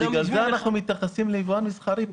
בגלל זה אנחנו מתייחסים ליבואן מסחרי פה.